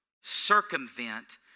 circumvent